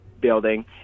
building